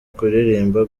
kuririmba